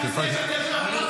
אתה מבזה את הכיסא של היושב-ראש.